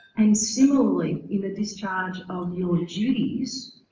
and similarly in the discharge of your duties